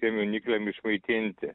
tiem jaunikliam išmaitinti